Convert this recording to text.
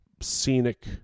scenic